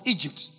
Egypt